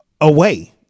away